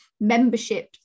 membership